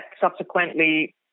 subsequently